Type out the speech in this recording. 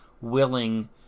willing